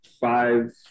five